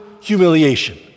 humiliation